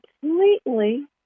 completely